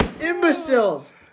imbeciles